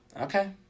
Okay